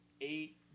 eight